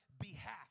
behalf